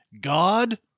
God